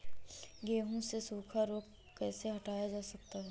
गेहूँ से सूखा रोग कैसे हटाया जा सकता है?